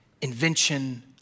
Invention